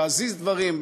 להזיז דברים,